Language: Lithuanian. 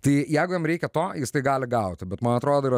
tai jeigu jam reikia to jis tai gali gauti bet man atrodo yra